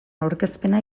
aurkezpena